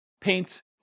paint